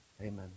amen